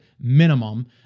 minimum